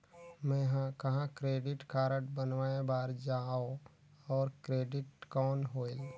मैं ह कहाँ क्रेडिट कारड बनवाय बार जाओ? और क्रेडिट कौन होएल??